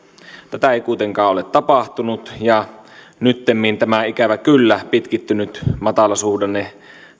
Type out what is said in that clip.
tätä ei kuitenkaan ole tapahtunut ja nyttemmin tämä pitkittynyt matalasuhdanne